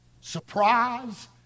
surprise